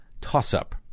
toss-up